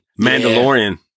Mandalorian